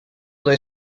dai